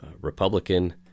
Republican